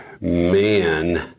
man